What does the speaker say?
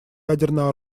ядерно